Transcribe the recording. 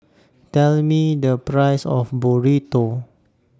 Tell Me The Price of Burrito